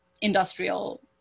industrial